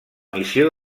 missió